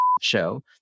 show